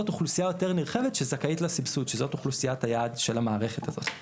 אוכלוסייה יותר נרחבת שזכאית לסבסוד שזאת אוכלוסיית היעד של המערכת הזו.